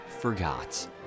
forgot